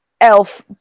elf